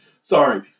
Sorry